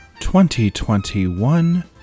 2021